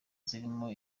zirimo